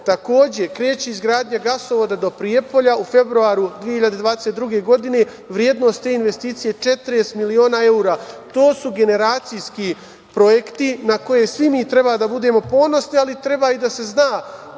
to. Takođe, kreće izgradnja Gasovoda do Prijepolja u februaru 2022. godine, a vrednost te investicije je 40 miliona evra. To su generacijskih projekti, na koje svi mi treba da budemo ponosni, ali treba i da se zna